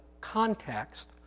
context